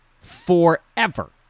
forever